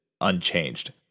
unchanged